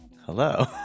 Hello